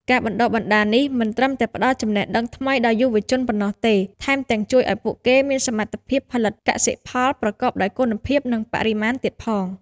ការបណ្តុះបណ្តាលនេះមិនត្រឹមតែផ្តល់ចំណេះដឹងថ្មីដល់យុវជនប៉ុណ្ណោះទេ ថែមទាំងជួយឱ្យពួកគេមានសមត្ថភាពផលិតកសិផលប្រកបដោយគុណភាពនិងបរិមាណទៀតផង។